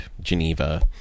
geneva